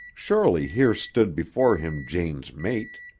surely here stood before him jane's mate.